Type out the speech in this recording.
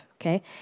okay